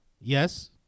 Yes